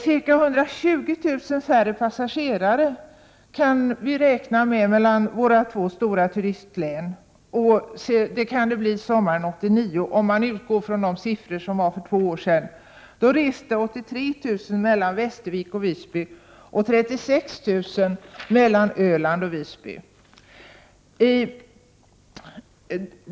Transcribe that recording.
Ca 120 000 färre passagerare kan vi räkna med att det blir mellan de två stora turistlänen sommaren 1989, om vi utgår från de siffror som gällde för två år sedan. Då reste 83 000 personer mellan Västervik och Visby och 36 000 personer mellan Öland och Visby.